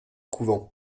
couvent